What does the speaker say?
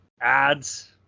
Ads